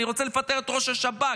אני רוצה לפטר את ראש השב"כ,